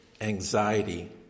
anxiety